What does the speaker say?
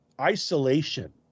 isolation